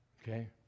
okay